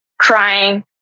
crying